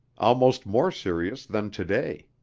almost more serious than today.